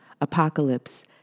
Apocalypse